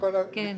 יש